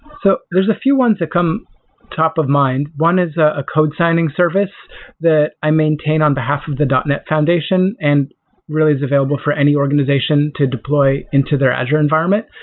so there's a few ones that come top of mind. one is a a code signing service that i maintain on behalf of the net foundation and really is available for any organization to deploy into their azure environment.